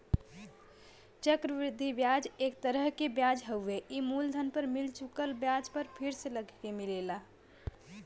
चक्र वृद्धि ब्याज एक तरह क ब्याज हउवे ई मूलधन पर मिल चुकल ब्याज पर फिर से लगके मिलेला